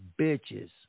bitches